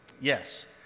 Yes